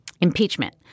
impeachment